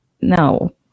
no